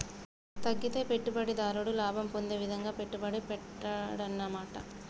తగ్గితే పెట్టుబడిదారుడు లాభం పొందే విధంగా పెట్టుబడి పెట్టాడన్నమాట